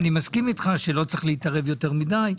ואני מסכים איתך שלא צריך להתערב יותר מדי.